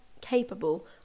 capable